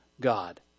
God